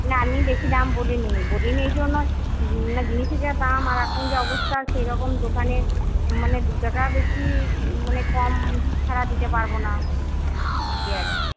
না আমি বেশি দাম বলিনি বলিনি এই জন্যই জিনিসের যা দাম আর এখন যা অবস্থা সেইরকম দোকানে মানে দু টাকা বেশি মানে কম ছাড়া দিতে পারবো না এই আর কি